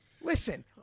Listen